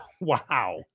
Wow